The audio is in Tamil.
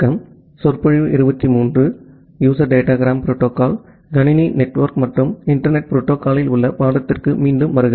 கம்ப்யூட்டர் நெட்வொர்க் மற்றும் இணைய புரோட்டோகாளில் உள்ள பாடத்திற்கு மீண்டும் வாருங்கள்